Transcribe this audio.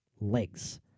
legs